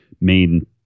main